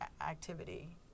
activity